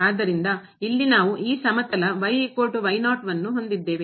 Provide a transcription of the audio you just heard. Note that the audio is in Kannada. ಆದ್ದರಿಂದ ಇಲ್ಲಿ ನಾವು ಈ ಸಮತಲ ವನ್ನು ಹೊಂದಿದ್ದೇವೆ